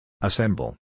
Assemble